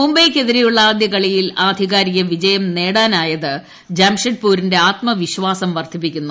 മുംബൈയ്ക്കെതിരെയുള്ള ആദ്യ കളിയിൽ ആധി കാരിക വിജയം നേടാനായത് ജംഷ്ട്രിഡ്പൂരിന്റെ ആത്മവിശ്വാസം വർധിപ്പിക്കുന്നു